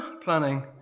planning